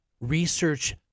research